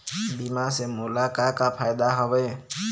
बीमा से मोला का का फायदा हवए?